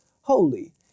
holy